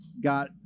got